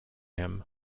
him